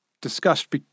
discussed